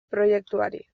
proiektuari